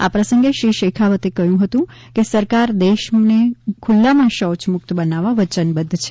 આ પ્રસંગે શ્રી શેખાવતે જણાવ્યું કે સરકાર દેશને ખુલ્લામાં શૌચ મુક્ત બનાવવા વયનબધ્ધ છે